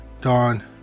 Dawn